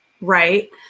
right